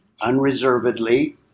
unreservedly